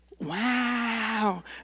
Wow